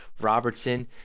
Robertson